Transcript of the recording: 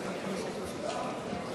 אני לא שומעת את עצמי,